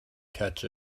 catch